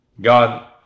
God